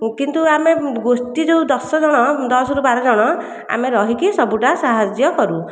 କିନ୍ତୁ ଆମେ ଗୋଷ୍ଠୀ ଯେଉଁ ଦଶଜଣ ଦଶରୁ ବାରଜଣ ଆମେ ରହିକି ସବୁଟା ସାହାଯ୍ୟ କରୁ